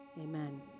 amen